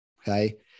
okay